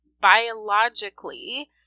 biologically